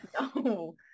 No